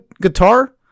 guitar